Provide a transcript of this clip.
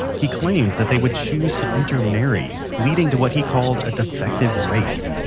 he claimed that they would choose to intermarry, leading to what he called a defective race.